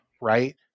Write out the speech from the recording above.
right